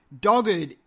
dogged